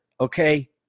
Okay